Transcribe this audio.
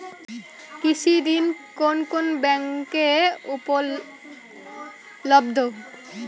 কৃষি ঋণ কোন কোন ব্যাংকে উপলব্ধ?